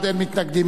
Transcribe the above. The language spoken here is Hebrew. חוק-יסוד: